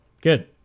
Good